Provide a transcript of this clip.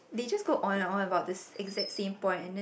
they just go on and on about the exact same point and then